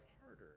harder